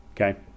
Okay